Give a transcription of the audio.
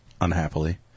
unhappily